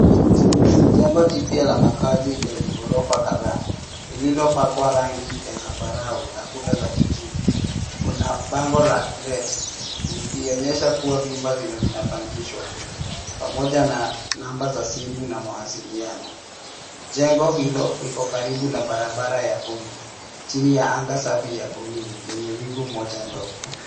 Jengo kubwa la makaazi lenye ghorofa kadhaa lililopakwa rangi ya zambarau na kuta za kijivu. Kuna bango la to let likionyesha kuwa vyumba vinapangishwa, pamoja na namba za simu na mawasiliano. Jengo hilo liko karibu na barabara ya vumbi chini ya anga safi la buluu lenye wingu moja ndogo.